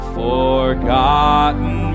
forgotten